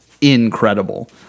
incredible